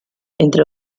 entre